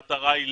המטרה היא